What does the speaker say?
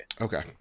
Okay